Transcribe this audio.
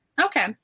Okay